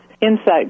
insights